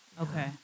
Okay